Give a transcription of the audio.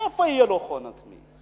מאיפה יהיה לו הון עצמי?